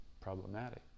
problematic